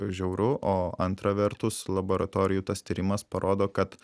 žiauru o antra vertus laboratorijų tas tyrimas parodo kad